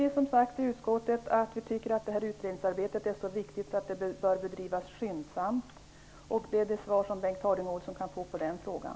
Vi i utskottet säger som sagt också att utredningsarbetet är så viktigt att det bör bedrivas skyndsamt. Det är det svar som Bengt Harding Olson kan få på den frågan.